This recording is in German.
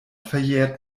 verjährt